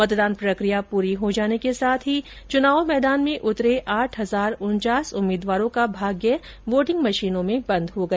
मतदान प्रक्रिया पूरी हो जाने के साथ ही चुनाव मैदान में उतरे आठ हजार उनचास उम्मीदवारों का भाग्य वोटिंग मशीनों में बंद हो गया